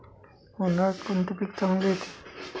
उन्हाळ्यात कोणते पीक चांगले येते?